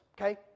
okay